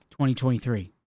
2023